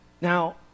Now